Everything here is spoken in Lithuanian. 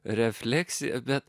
refleksija bet